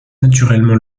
naturellement